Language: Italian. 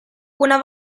una